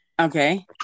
Okay